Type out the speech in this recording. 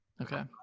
Okay